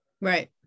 right